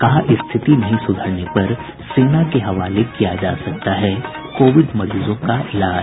कहा स्थिति नहीं सुधरने पर सेना के हवाले किया जा सकता है कोविड मरीजों का इलाज